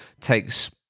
takes